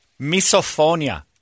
Misophonia